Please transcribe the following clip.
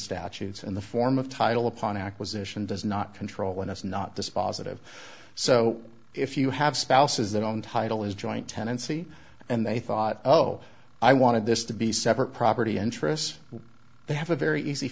statutes in the form of title upon acquisition does not control and is not dispositive so if you have spouses that own title is joint tenancy and they thought oh i wanted this to be separate property interests they have a very easy